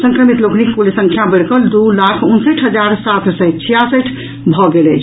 संक्रमित लोकनिक कुल संख्या बढ़िकऽ दू लाख उनसठि हजार सात सय छियासठि भऽ गेल अछि